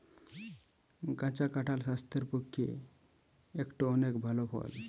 কাঁচা কাঁঠাল স্বাস্থ্যের পক্ষে একটো অনেক ভাল ফল